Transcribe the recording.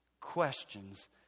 questions